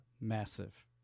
massive